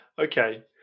okay